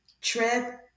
trip